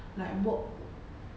like walk